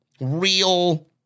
real